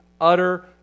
utter